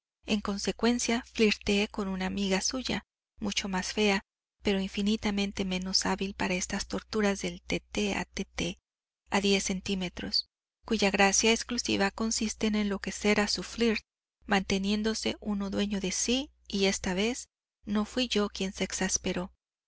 en consecuencia flirteé con una amiga suya mucho más fea pero infinitamente menos hábil para estas torturas del tte a tte a diez centímetros cuya gracia exclusiva consiste en enloquecer a su flirt manteniéndose uno dueño de sí y esta vez no fuí yo quien se exasperó